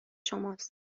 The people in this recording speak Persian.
شماست